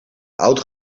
oud